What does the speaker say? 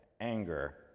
anger